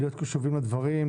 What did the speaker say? להיות קשובים לדברים,